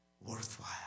worthwhile